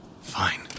Fine